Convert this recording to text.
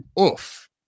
oof